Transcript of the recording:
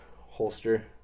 holster